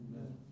Amen